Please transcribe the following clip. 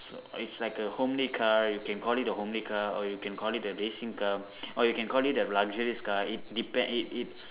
so it's like a homely car you can call it a homely car or you can call it a racing car or you can call it a luxurious car it depend it it